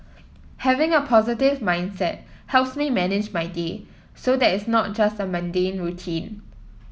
having a positive mindset helps me manage my day so that it's not just a mundane routine